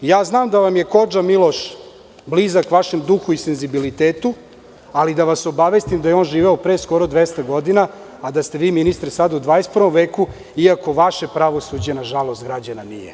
Znam da vam je kodža Miloš, blizak vašem duhu i senzibilitetu, ali da vas obavestim da je on živeo pre skoro 200 godina, a da ste vi ministre sada u 21. veku, iako vaše pravosuđe, nažalost građana, nije.